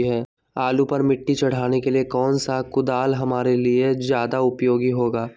आलू पर मिट्टी चढ़ाने के लिए कौन सा कुदाल हमारे लिए ज्यादा उपयोगी होगा?